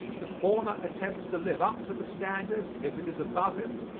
the former attempts to live up to the standard, if it is above him,